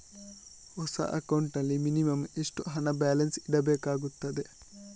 ಹೊಸ ಅಕೌಂಟ್ ನಲ್ಲಿ ಮಿನಿಮಂ ಎಷ್ಟು ಹಣ ಬ್ಯಾಲೆನ್ಸ್ ಇಡಬೇಕಾಗುತ್ತದೆ?